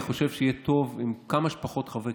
אני חושב שיהיה טוב אם כמה שפחות חברי